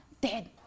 dead